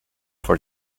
for